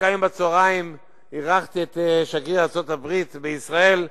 רק היום בצהריים אירחתי את שגריר ארצות-הברית בישראל,